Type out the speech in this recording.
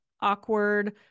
awkward